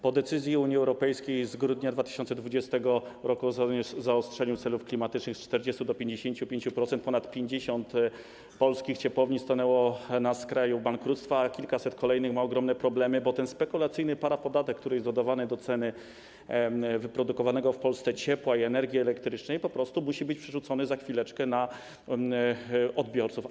Po decyzji Unii Europejskiej z grudnia 2020 r. o zaostrzeniu celów klimatycznych z 40% do 55% ponad 50 polskich ciepłowni stanęło na skraju bankructwa, a kilkaset kolejnych ma ogromne problemy, bo ten spekulacyjny parapodatek, który jest dodawany do ceny wyprodukowanego w Polsce ciepła i energii elektrycznej, po prostu musi być przerzucony za chwilę na odbiorców.